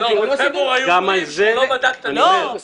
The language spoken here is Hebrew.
בפברואר היו אומרים שהוא לא בדק את הדברים,